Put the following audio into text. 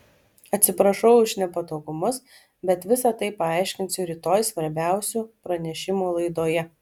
atsiprašau už nepatogumus bet visa tai paaiškinsiu rytoj svarbiausių pranešimų laidoje